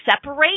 separate